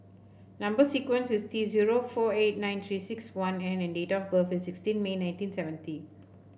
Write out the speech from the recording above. number sequence is T zero four eight nine Three six one N and date of birth is sixteen May nineteen seventy